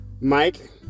Mike